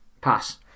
Pass